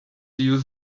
use